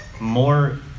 more